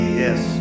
yes